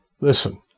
Listen